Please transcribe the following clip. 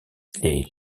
les